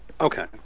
Okay